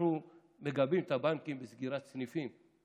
אנחנו מגבים את הבנקים בסגירת סניפים,